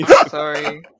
Sorry